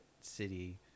city